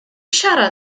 siarad